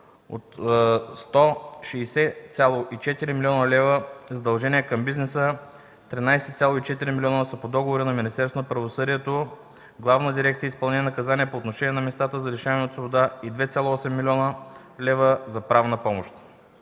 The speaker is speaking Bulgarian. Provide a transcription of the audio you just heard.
от 160,4 млн. лв. задължения към бизнеса 13,4 млн. лв. са по договори на Министерството на правосъдието, Главна дирекция „Изпълнение на наказанията” по отношение на местата за лишаване на свобода и 2,8 млн. лв. за правна на помощ.